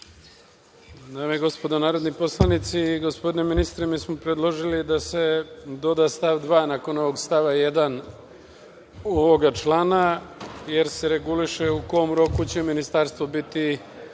Dame i gospodo narodni poslanici, gospodine ministre, mi smo predložili da se doda stav 2. nakon ovog stava 1. ovog člana jer se reguliše u kom roku će ministarstvo biti,